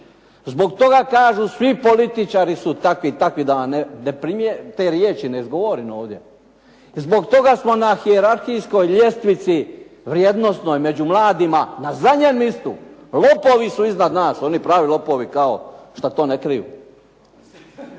Zbog toga kažu svi političari su takvi i takvi, da te riječi ne izgovorim ovdje. Zbog toga smo na hijerarhijskoj ljestvici vrijednosnoj među mladima na zadnjem mjestu. Lopovi su iznad nas, oni pravi lopovi kao što to ne kriju.